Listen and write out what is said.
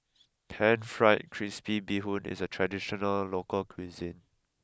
Pan Fried Crispy Bee Hoon is a traditional local cuisine